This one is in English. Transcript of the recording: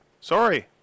Sorry